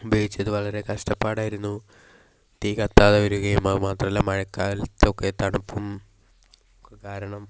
ഉപയോഗിച്ചത് വളരെ കഷ്ടപ്പാടായിരുന്നു തീ കത്താതെ വരികയും അത് മാത്രമല്ല മഴക്കാലത്തൊക്കെ തണുപ്പും ഒക്കെ കാരണം